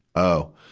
oh.